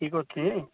ଠିକ୍ ଅଛି